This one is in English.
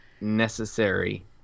necessary